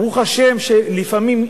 ברוך השם שלפעמים,